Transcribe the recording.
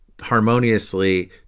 harmoniously